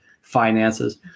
finances